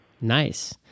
Nice